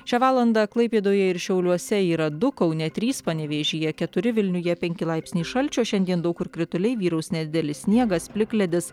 šią valandą klaipėdoje ir šiauliuose yra du kaune trys panevėžyje keturi vilniuje penki laipsniai šalčio šiandien daug kur krituliai vyraus nedidelis sniegas plikledis